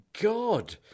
God